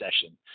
session